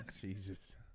jesus